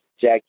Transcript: Jack